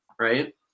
Right